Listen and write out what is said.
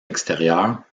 extérieur